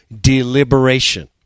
deliberation